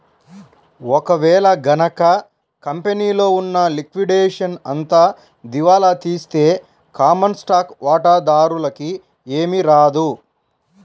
ఒక వేళ గనక కంపెనీలో ఉన్న లిక్విడేషన్ అంతా దివాలా తీస్తే కామన్ స్టాక్ వాటాదారులకి ఏమీ రాదు